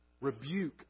Rebuke